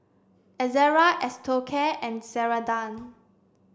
Ezerra Osteocare and Ceradan